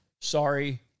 Sorry